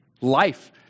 life